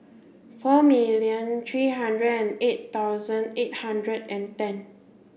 four million three hundred and eight thousand eight hundred and ten